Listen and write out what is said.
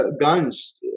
guns